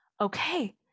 okay